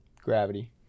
Gravity